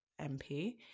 mp